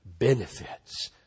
benefits